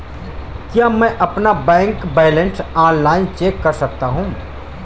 क्या मैं अपना बैंक बैलेंस ऑनलाइन चेक कर सकता हूँ?